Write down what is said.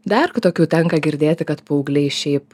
dar kitokių tenka girdėti kad paaugliai šiaip